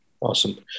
Awesome